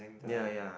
ya ya